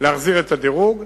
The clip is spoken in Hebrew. להחזיר את הדירוג,